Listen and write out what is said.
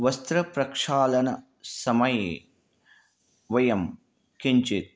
वस्त्रप्रक्षालनसमये वयं किञ्चित्